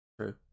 true